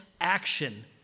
action